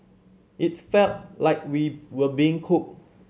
it's felt like we were being cooked